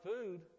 food